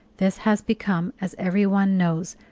this has become, as every one knows,